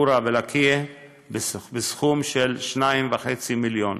חורה ולקיה בסך 2.5 מיליון